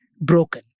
broken